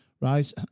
Right